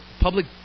public